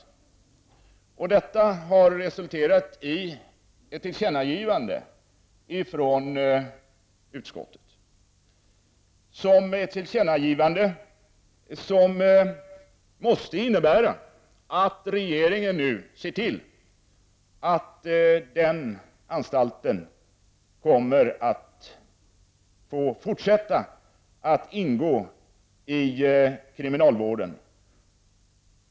Denna motion har resulterat i att utskottet uttalar att riksdagen bör göra ett tillkännagivande som måste innebära att regeringen nu ser till att anstalten i Kristianstad får fortsätta att ingå i kriminalvården.